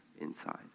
inside